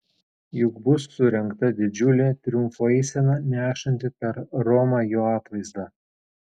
juk bus surengta didžiulė triumfo eisena nešanti per romą jo atvaizdą